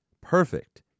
Perfect